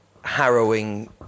harrowing